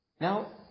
Now